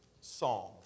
Psalm